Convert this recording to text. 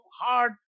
hard